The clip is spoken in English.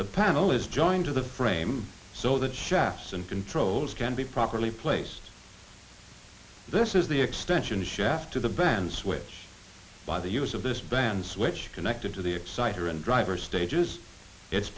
the panel is joined to the frame so that chefs and controls can be properly placed this is the extension shaft to the bands which by the use of this bands which are connected to the exciter and driver stages it's